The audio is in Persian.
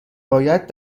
باید